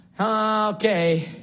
Okay